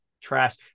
trash